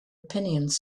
opinions